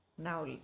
Now